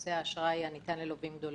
לנושא האשראי הניתן ללווים גדולים.